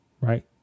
right